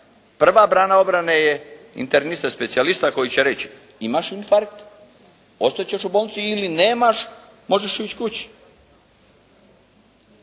Prva brana obrane je internista specijalista koji će reći imaš infarkt, ostat ćeš u bolnici ili nemaš, možeš ići kući.